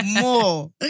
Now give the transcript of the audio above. more